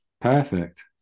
Perfect